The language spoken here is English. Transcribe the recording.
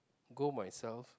go myself